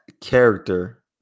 character